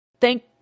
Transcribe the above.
thank